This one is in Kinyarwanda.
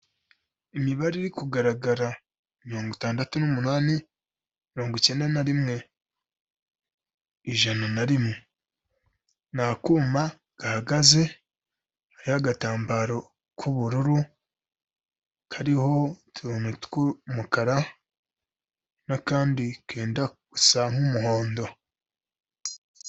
Imibare iri kugaragara, mirongo itandatu n'umunani, mirongo icyenda na rimwe, ijana na rimwe. Ni akuma gahagaze hariho agatambaro k'ubururu, kariho utuntu tw'umukara n'akandi kenda gusa nk'umuhondo.